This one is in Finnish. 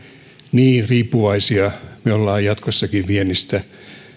niin riippuvaisia me olemme jatkossakin viennistä